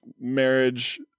marriage